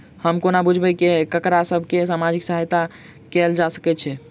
हम कोना बुझबै सँ ककरा सभ केँ सामाजिक सहायता कैल जा सकैत छै?